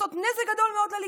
עושות נזק גדול מאוד לליכוד,